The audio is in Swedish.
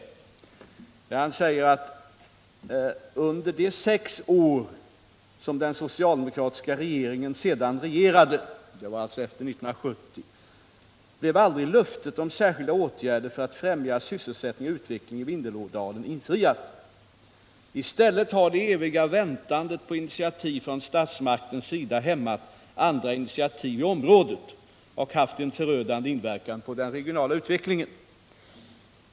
Rune Ångström säger att under de sex år som den socialdemokratiska regeringen sedan regerade — det var alltså efter 1970 — blev löftet om särskilda åtgärder för att främja sysselsättningen och utvecklingen i Vindelådalen aldrig infriat. I stället har det eviga väntandet på initiativ från statsmaktens sida hämmat andra initiativ i området och haft en förödande inverkan på den regionala utvecklingen.